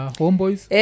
homeboys